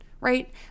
right